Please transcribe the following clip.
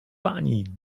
pani